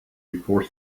before